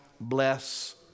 bless